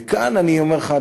וכאן אני אומר לך,